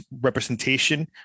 representation